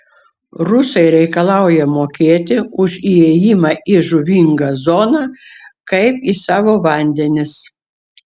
rusai reikalauja mokėti už įėjimą į žuvingą zoną kaip į savo vandenis